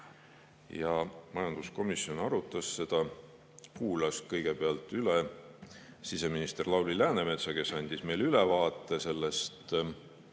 Majanduskomisjon arutas seda [nii, et] kuulas kõigepealt üle siseminister Lauri Läänemetsa, kes andis meile ülevaate sellest